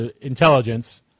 intelligence